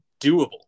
doable